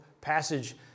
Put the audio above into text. passage